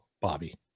Bobby